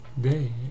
day